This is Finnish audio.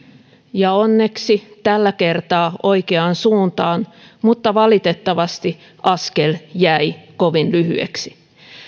ja onneksi tällä kertaa oikeaan suuntaan mutta valitettavasti askel jäi kovin lyhyeksi